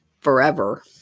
forever